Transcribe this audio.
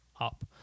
up